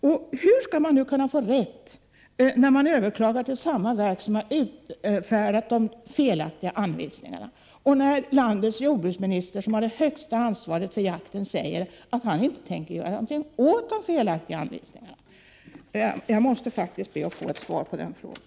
Och hur skall man kunna få rätt, när man överklagar till samma verk som utfärdat de felaktiga anvisningarna och när landets jordbruksminister, som har det högsta ansvaret för jakten, säger att han inte tänker göra någonting åt de felaktiga anvisningarna? Jag måste faktiskt ha ett svar på den frågan.